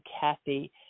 Kathy